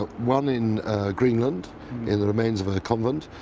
but one in greenland in the remains of a convent,